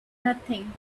nothing